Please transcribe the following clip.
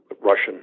Russian